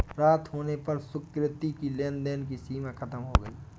रात होने पर सुकृति की लेन देन की सीमा खत्म हो गई